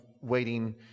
waiting